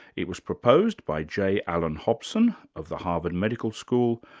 it was proposed by j. allan hobson of the harvard medical school,